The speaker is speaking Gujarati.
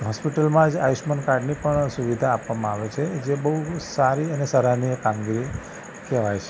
હૉસ્પિટલમાં જ આયુષ્યમાન કાર્ડની પણ સુવિધા આપવામાં આવે છે જે બહુ સારી અને સરાહનીય કામગીરી કહેવાય છે